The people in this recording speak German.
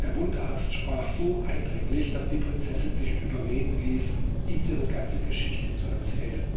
der wundarzt sprach so eindringlich daß die prinzessin sich überreden ließ ihm ihre ganze geschichte zu erzählen